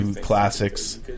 classics